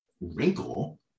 wrinkle